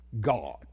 God